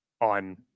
on